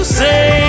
say